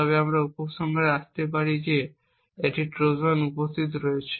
তবে আমরা উপসংহারে আসতে পারি যে একটি ট্রোজান উপস্থিত রয়েছে